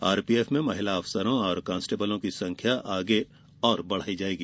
RPF में महिला अफसरों और कॉन्स्टेबलों की संख्या आगे और बढ़ाई जाएगी